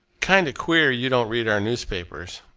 kind of queer you don't read our newspapers!